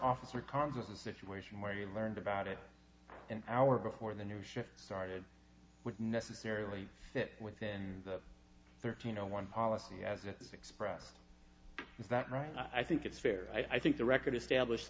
officer cons a situation where you learned about it an hour before the new shift started would necessarily fit within the thirteen zero one policy as it is expressed is that right i think it's fair i think the record established